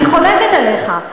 אני חולקת עליך.